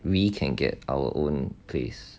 we can get our own place